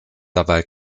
dabei